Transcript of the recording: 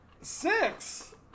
Six